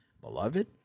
Beloved